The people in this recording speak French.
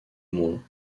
moins